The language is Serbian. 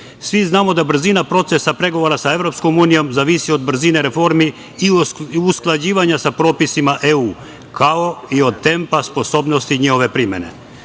znamo da brzina procesa pregovora sa EU zavisi od brzine reformi i usklađivanja sa propisima EU, kao i od tempa sposobnosti njihove